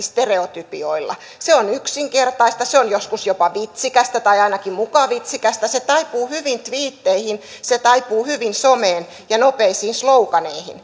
stereotypioilla se on yksinkertaista se on joskus jopa vitsikästä tai ainakin muka vitsikästä se taipuu hyvin tviitteihin se taipuu hyvin someen ja nopeisiin sloganeihin